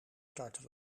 starten